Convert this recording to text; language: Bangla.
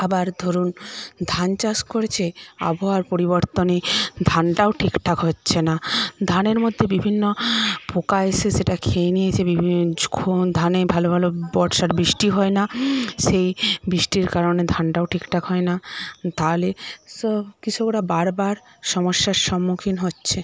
আবার ধরুন ধান চাষ করেছে আবহাওয়ার পরিবর্তনে ধানটাও ঠিক ঠাক হচ্ছে না ধানের মধ্যে বিভিন্ন পোকা এসে সেটা খেয়ে নিয়েছে ধানে ভালো ভালো বর্ষার বৃষ্টি হয় না সেই বৃষ্টির কারণে ধানটাও ঠিকঠাক হয় না তাহলে সব কৃষকরা বার বার সমস্যার সম্মুখীন হচ্ছে